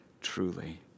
truly